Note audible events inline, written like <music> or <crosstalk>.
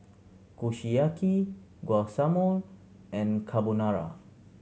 Kushiyaki <unintelligible> and Carbonara